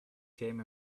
came